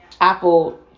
Apple